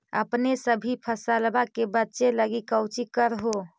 अपने सभी फसलबा के बच्बे लगी कौची कर हो?